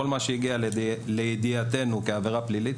כל מה שהגיע לידיעתנו כעבירה פלילית,